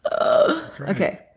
Okay